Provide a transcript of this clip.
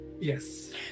yes